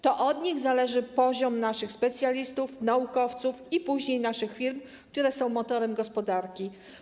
To od nich zależy poziom naszych specjalistów, naukowców i później naszych firm, które są motorem gospodarki.